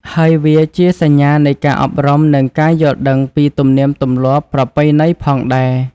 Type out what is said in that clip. ហើយវាជាសញ្ញានៃការអប់រំនិងការយល់ដឹងពីទំនៀមទម្លាប់ប្រពៃណីផងដែរ។